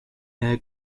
air